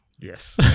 Yes